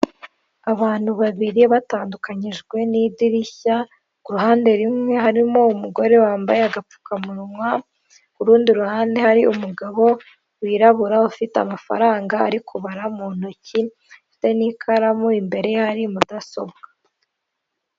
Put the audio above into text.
Abantu babiri batandukanyijwe n'idirishya ku ruhande rumwe harimo umugore wambaye agapfukamunwa ku rundi ruhande hari umugabo wirabura ufite amafaranga ari kubara mu ntoki afite n'ikaramu imbere yari mudasobwa.